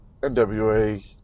NWA